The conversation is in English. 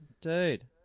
Dude